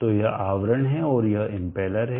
तो यह आवरण है और यह इम्पेलर है